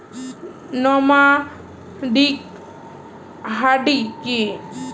Nomadic হার্ডি কি?